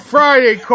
Friday